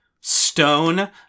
stone